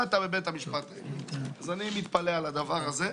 אז אני מתפלא על הדבר הזה,